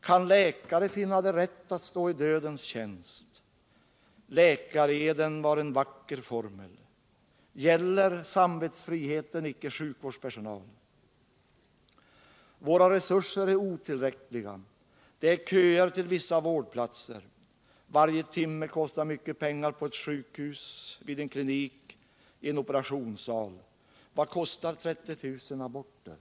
Kan läkare finna det riktigt att stå i dödens tjänst? Läkareden var en vacker formel. Gäller samvetsfriheten icke sjukvårdspersonal? Våra resurser är otillräckliga, det är köer till vissa vårdplatser. Varje timmes vård kostar mycket pengar på ett sjukhus, vid en klinik, i en operationssal. Vad kostar 30 000 aborter?